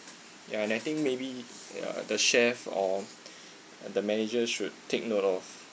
ya and I think maybe ya the chef or the manager should take note of